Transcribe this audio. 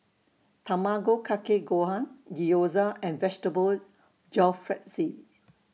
Tamago Kake Gohan Gyoza and Vegetable Jalfrezi